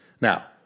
Now